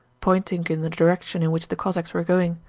pointing in the direction in which the cossacks were going.